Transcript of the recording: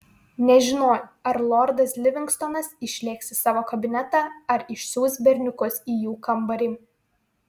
nežinojau ar lordas livingstonas išlėks į savo kabinetą ar išsiųs berniukus į jų kambarį